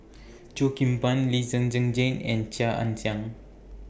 Cheo Kim Ban Lee Zhen Zhen Jane and Chia Ann Siang